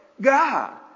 God